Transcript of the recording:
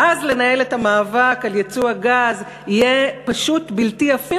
ואז לנהל את המאבק על ייצוא הגז יהיה פשוט בלתי הפיך,